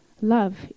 love